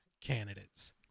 candidates